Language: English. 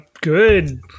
good